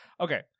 Okay